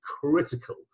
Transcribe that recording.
critical